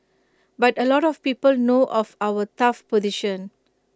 but A lot of people know of our tough position